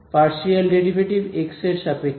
partial derivative x এর সাপেক্ষে